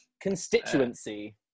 Constituency